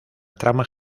trama